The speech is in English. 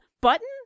button